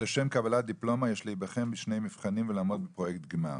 "לשם קבלת דיפלומה יש להיבחן בשני מבחנים ולעמוד בפרויקט גמר".